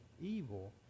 evil